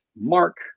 Mark